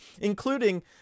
including